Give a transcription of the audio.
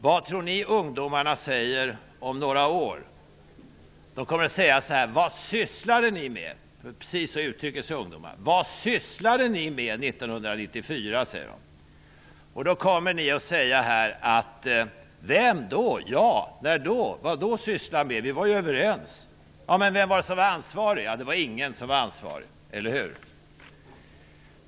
Vad tror ni att ungdomarna säger om några år? De kommer att säga: Vad sysslade ni med 1994? Då kommer ni att säga: Vem? Jag? När då? Vi var ju överens! Ja, men vem var ansvarig? Det var ingen som var ansvarig. -- Eller hur?